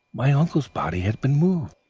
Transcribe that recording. my uncle's body had been moved.